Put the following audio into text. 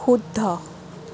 শুদ্ধ